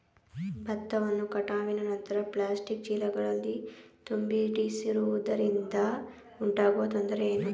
ಭತ್ತವನ್ನು ಕಟಾವಿನ ನಂತರ ಪ್ಲಾಸ್ಟಿಕ್ ಚೀಲಗಳಲ್ಲಿ ತುಂಬಿಸಿಡುವುದರಿಂದ ಉಂಟಾಗುವ ತೊಂದರೆ ಏನು?